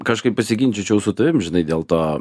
kažkaip pasiginčyčiau su tavim žinai dėl to